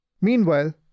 Meanwhile